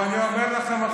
ואני אומר לכם,